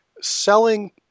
selling